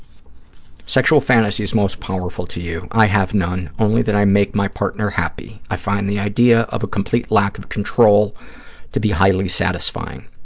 sexual fantasies most powerful to you. i have none, only that i make my partner happy. i find the idea of a complete lack of control to be highly satisfying.